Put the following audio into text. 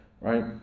Right